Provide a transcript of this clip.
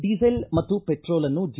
diesel ಮತ್ತು ಪೆಟ್ರೋಲ್ನ್ನು G